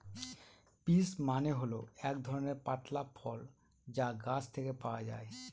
peach মানে হল এক ধরনের পাতলা ফল যা গাছ থেকে পাওয়া যায়